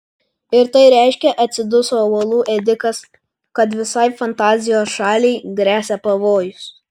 ir tai reiškia atsiduso uolų ėdikas kad visai fantazijos šaliai gresia pavojus